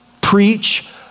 preach